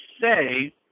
say